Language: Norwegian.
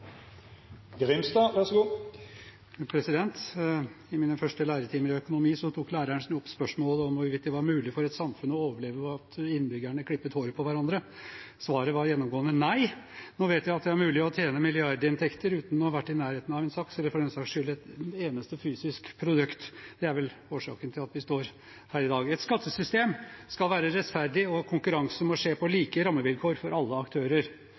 I mine første læretimer i økonomi tok læreren opp spørsmålet om hvorvidt det var mulig for et samfunn å overleve ved at innbyggerne klippet håret på hverandre. Svaret var gjennomgående nei. Nå vet vi at det er mulig å tjene milliarder uten å ha vært i nærheten av en saks – eller for den saks skyld et eneste fysisk produkt. Det er vel årsaken til at vi står her i dag. Et skattesystem skal være rettferdig, og konkurranse må skje på like rammevilkår for alle aktører.